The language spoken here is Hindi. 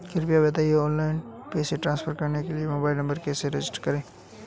कृपया बताएं ऑनलाइन पैसे ट्रांसफर करने के लिए मोबाइल नंबर कैसे रजिस्टर करें?